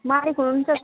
मालिक हुनुहुन्छ